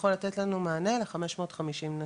שיכול לתת לנו מענה ל-550 נשים.